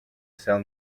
cell